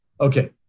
Okay